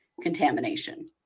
contamination